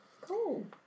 Cool